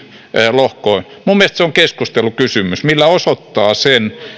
lohkoon minun mielestäni se on keskustelukysymys millä osoittaa sen